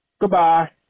Goodbye